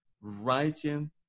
writing